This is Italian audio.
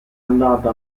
andata